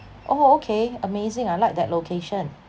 oh okay amazing I like that location